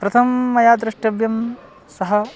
प्रथमं मया द्रष्टव्यं सः